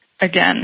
again